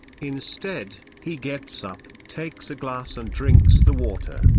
instead, he gets up, takes a glass and drinks the water.